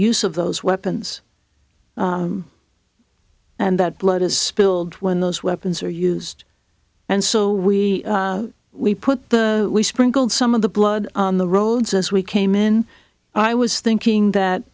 use of those weapons and that blood is spilled when those weapons are used and so we we put we sprinkled some of the blood on the roads as we came in i was thinking that